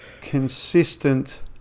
consistent